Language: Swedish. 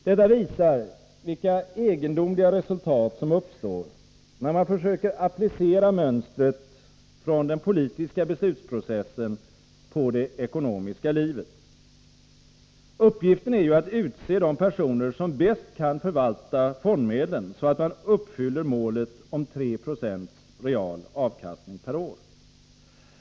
Detta visar vilka egendomliga resultat som uppstår, när man försöker applicera mönstret från den politiska beslutsprocessen på det ekonomiska livet. Uppgiften är ju att utse de personer som bäst kan förvalta fondmedlen, så att man uppfyller målet om 3 22 real avkastning per år.